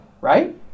right